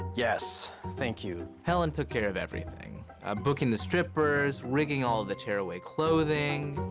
yes, thank you. helen took care of everything booking the strippers, rigging all the tear-away clothing.